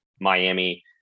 Miami